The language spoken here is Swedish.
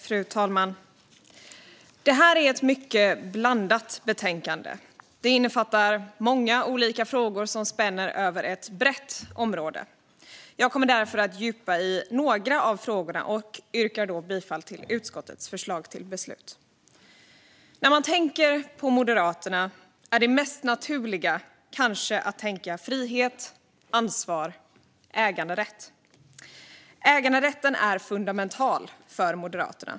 Fru talman! Detta är ett mycket blandat betänkande. Det innefattar många olika frågor som spänner över ett brett område. Jag kommer därför att fördjupa mig i några av frågorna och yrkar bifall till utskottets förslag till beslut. När man tänker på Moderaterna är det mest naturliga kanske att tänka frihet, ansvar, äganderätt. Äganderätten är fundamental för Moderaterna.